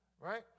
Right